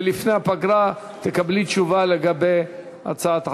ולפני הפגרה תקבלי תשובה לגבי הצעת החוק,